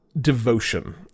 Devotion